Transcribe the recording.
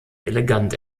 elegant